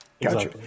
Gotcha